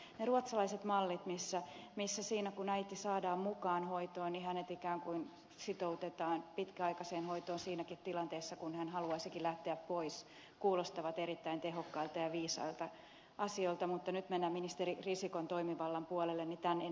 ne ruotsalaiset mallit joissa äiti saadaan mukaan hoitoon ja hänet ikään kuin sitoutetaan pitkäaikaiseen hoitoon siinäkin tilanteessa kun hän haluaisikin lähteä pois kuulostavat erittäin tehokkailta ja viisailta asioilta mutta kun nyt mennään ministeri risikon toimivallan puolelle niin tämän enempää en sano